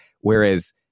Whereas